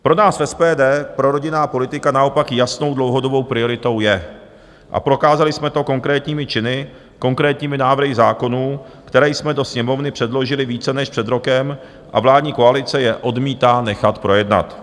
Pro nás v SPD prorodinná politika naopak jasnou dlouhodobou prioritou je a prokázali jsme to konkrétními čin, konkrétními návrhy zákonů, které jsme do Sněmovny předložili více než před rokem, a vládní koalice je odmítá nechat projednat.